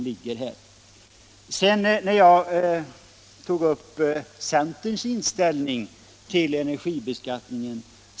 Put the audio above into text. Jag tog också upp centerns inställning till energibeskattningen.